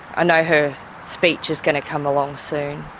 know her speech is going to come along soon.